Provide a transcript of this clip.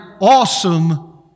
awesome